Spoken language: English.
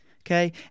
okay